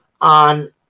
on